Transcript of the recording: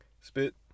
Spit